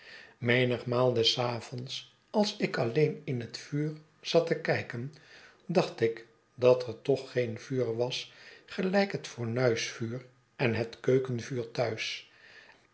menigmaal des avonds als ik alleen in het vuur zat te kijken dacht ik dat er toch geen vuur was gelijk het fornuisvuur en het keukenvuur thuis